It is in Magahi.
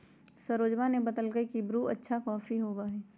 सरोजवा ने बतल कई की ब्रू अच्छा कॉफी होबा हई